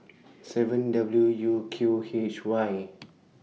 seven W U Q H Y